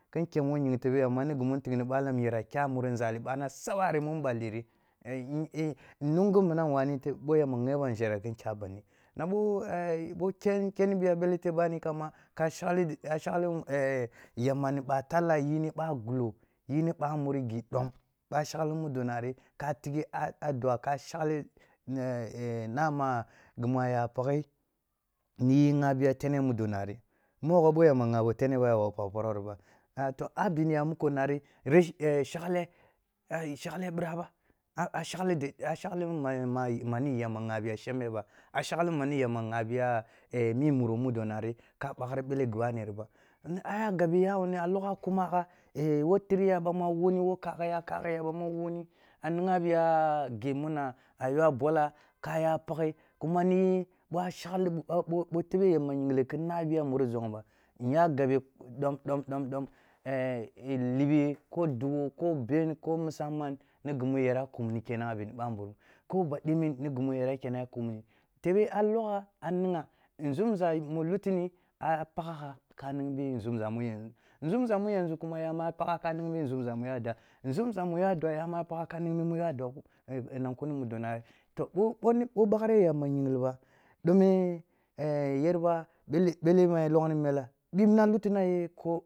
Kin ken wo ying tebe yamba, ni gi mu nting ni balam nyera kya muri nzali mana sabari mun nballi ri i e nungu munam wane boy amba gheban nzhere kin kya ban di nabo e e bo kyen bo keni buy abele teb bani kamba kashaghi yamba nib a talla, yini ba gullo, yini ba muri gid om, ba shagh modo na ri ka tighia a dua ka shagli e e nama a gimuo ya pakhe niyi ghabiya tene mudo nari mogho boy amba ghabo tehe ba, ya wabu pakh poro ba, toh a biniya muko nari resh e shagle, e shagle bira bba a a shaghalishah mani yamba shabiya shembe ba, a shaghi ma ni yamba gha biya mi muru mudo nari ka bakhri bele gibani rib a aya gabe yawuni logha kuma gha e wo tiriya bamu wuni, wo kaghiya-kayigha bamu wunni a nigha biya gi muna a yoa bola ka ya pakhe kuma ni boa shagh bo-bo-bo- tebe yamba yingle ki na biya muri zong ba, nya gabe dom-dom-dom-dom libi, ko dughu ko ben, ko misa man nigi mu yara kumni kenan a bini bamburum. Ko ba dimin nig imu yara kenni kumni tebe a logha a nigha, nzumza mu lutini a a pakha gha ka ningbi nzumza mu yanzu. Nzumza mu yanzu kuma ya ma a pakha ka ning bi nzumza mu yz dua, nzumza mu ya dua yama a pakha ding bi muya da, nakuni mudo nanci to bo baghre yamba yingh ba do me e yerba bele mu ya logni mele bibna lutina ye ko